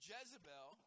Jezebel